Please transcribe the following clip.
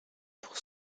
pour